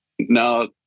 No